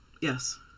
Yes